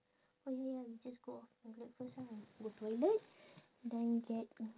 oh ya we just go toilet first ah go toilet then get